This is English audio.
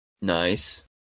Nice